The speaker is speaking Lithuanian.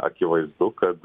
akivaizdu kad